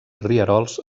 rierols